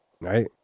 right